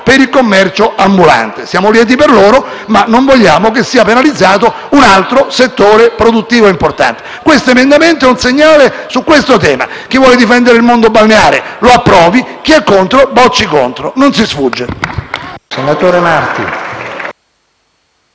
per il commercio ambulante. Siamo lieti per loro, ma non vogliamo che sia penalizzato un altro settore produttivo importante. Quest'emendamento è un segnale sul tema: chi vuole difendere il mondo balneare, lo approvi; chi è contro, lo bocci. Non si sfugge.